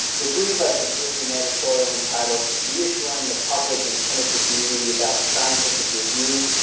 the three of us have written an editorial entitled reassuring the public and clinical community about the scientific review,